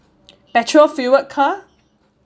petrol fuelled car